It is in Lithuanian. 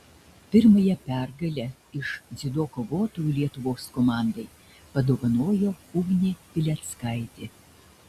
pirmąją pergalę iš dziudo kovotojų lietuvos komandai padovanojo ugnė pileckaitė